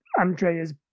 Andrea's